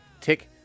tick